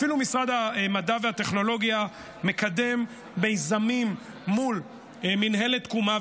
אפילו משרד המדע והטכנולוגיה מקדם מיזמים מול מינהלת תקומה.